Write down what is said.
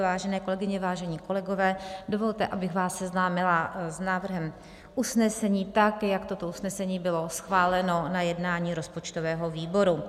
Vážené kolegyně, vážení kolegové, dovolte, abych vás seznámila s návrhem usnesení, tak jak toto usnesení bylo schváleno na jednání rozpočtového výboru.